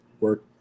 work